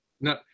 No